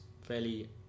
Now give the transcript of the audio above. fairly